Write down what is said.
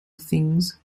things